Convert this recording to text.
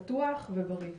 בטוח ובריא.